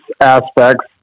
aspects